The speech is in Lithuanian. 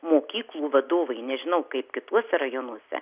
mokyklų vadovai nežinau kaip kituose rajonuose